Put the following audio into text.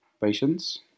Patience